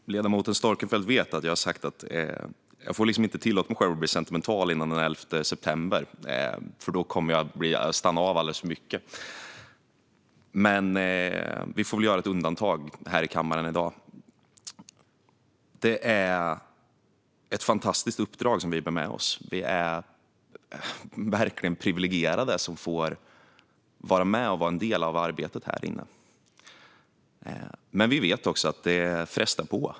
Herr talman! Ledamoten Storckenfeldt vet att jag har sagt att jag liksom inte får tillåta mig själv att bli sentimental innan den 11 september, för då kommer jag att stanna av alldeles för mycket. Men vi får väl göra ett undantag här i kammaren i dag. Det är ett fantastiskt uppdrag som vi bär. Vi är verkligen privilegierade som får vara med och vara en del av det här arbetet. Vi vet också att det frestar på.